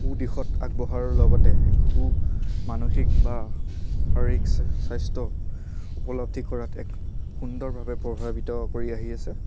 সুদিশত আগবঢ়াৰ লগতে এক সুমানসিক বা শাৰীৰিক স্বাস্থ্য উপলব্ধি কৰাত এক সুন্দৰভাৱে প্ৰভাৱিত কৰি আহি আছে